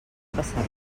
passar